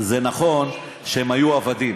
זה נכון שהם היו עבדים,